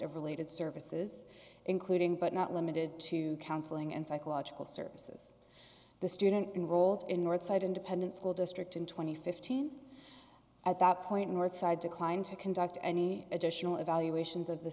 of related services including but not limited to counseling and psychological services the student enrolled in northside independent school district in two thousand and fifteen at that point northside declined to conduct any additional evaluations of the